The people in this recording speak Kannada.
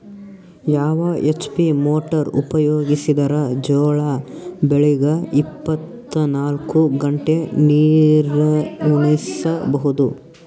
ಯಾವ ಎಚ್.ಪಿ ಮೊಟಾರ್ ಉಪಯೋಗಿಸಿದರ ಜೋಳ ಬೆಳಿಗ ಇಪ್ಪತ ನಾಲ್ಕು ಗಂಟೆ ನೀರಿ ಉಣಿಸ ಬಹುದು?